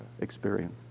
experience